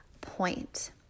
point